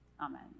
Amen